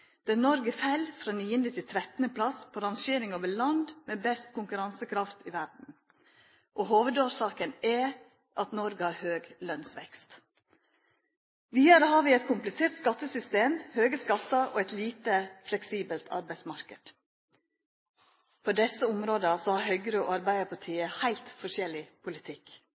der Noreg fell frå 9. til 13. plass på rangeringa over land med best konkurransekraft i verda, og hovudårsaka er at Noreg har høg lønsvekst. Vidare har vi eit komplisert skattesystem, høge skattar og ein lite fleksibel arbeidsmarknad. På desse områda har Høgre og Arbeidarpartiet heilt forskjellig politikk.